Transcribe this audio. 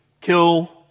Kill